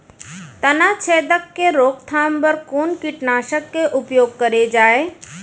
तनाछेदक के रोकथाम बर कोन कीटनाशक के उपयोग करे जाये?